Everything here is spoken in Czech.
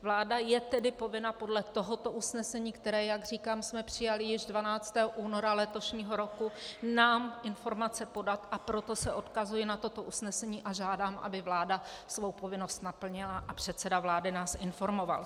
Vláda je tedy povinna podle tohoto usnesení, které, jak říkám, jsme přijali již 12. února letošního roku, nám informace podat, a proto se odkazuji na toto usnesení a žádám, aby vláda svou povinnost naplnila a předseda vlády nás informoval.